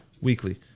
weekly